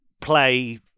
play